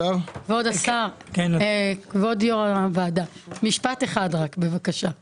כבוד יו"ר הוועדה, משפט אחד בבקשה.